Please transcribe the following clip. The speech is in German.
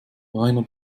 rainer